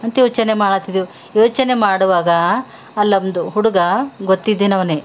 ಅಂತ ಯೋಚನೆ ಮಾಡ್ಲತ್ತಿದ್ದೆವು ಯೋಚನೆ ಮಾಡುವಾಗ ಅಲ್ಲೊಂದು ಹುಡುಗ ಗೊತ್ತಿದ್ದೆನವನೆ